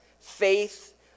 faith